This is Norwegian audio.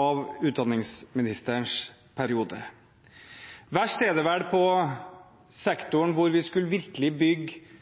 av utdanningsministerens periode. Verst er det vel i sektoren hvor vi virkelig skulle bygge